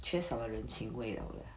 缺少了人情味了了